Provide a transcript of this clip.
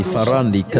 Farandi